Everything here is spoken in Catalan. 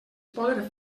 poden